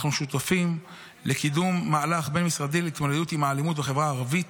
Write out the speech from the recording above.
אנחנו שותפים לקידום מהלך בין-משרדי להתמודדות עם האלימות בחברה הערבית.